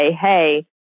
hey